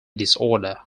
disorder